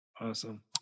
Awesome